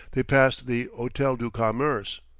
they passed the hotel du commerce.